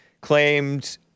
claimed